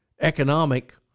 economic